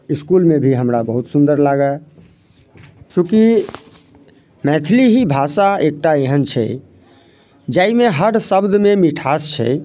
इसकुलमे भी हमरा बहुत सुन्दर लागय चुँकि मैथिली ही भाषा एकटा एहन छै जाहिमे हर शब्दमे मिठास छै